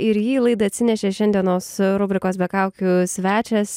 ir jį į laidą atsinešė šiandienos rubrikos be kaukių svečias